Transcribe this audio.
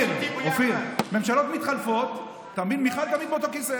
אופיר, ממשלות מתחלפות, ותמיד מיכל באותו כיסא.